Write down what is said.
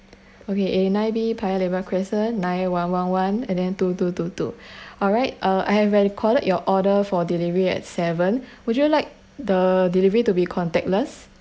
okay anavy paya lebar crescent nine one one one and then two two two two alright uh I recorded your order for delivery at seven would you like the delivery to be contactless